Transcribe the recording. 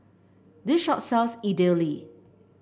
this shop sells Idili